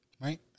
Right